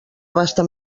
abasta